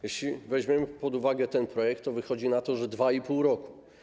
Jeśli weźmiemy pod uwagę ten projekt, to wychodzi na to, że 2,5 roku.